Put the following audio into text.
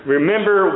Remember